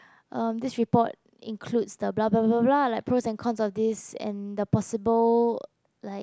uh this report includes the bla bla bla bla like pros and cons of this and the possible like